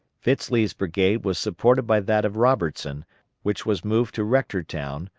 fitz lee's brigade was supported by that of robertson which was moved to rectortown,